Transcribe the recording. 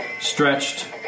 stretched